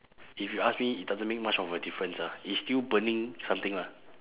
if you ask me it doesn't make much of a difference ah it's still burning something lah